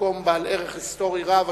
מקום בעל ערך היסטורי רב,